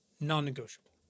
non-negotiable